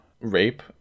rape